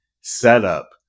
setup